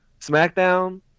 SmackDown